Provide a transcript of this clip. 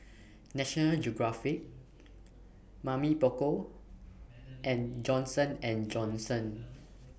National Geographic Mamy Poko and Johnson and Johnson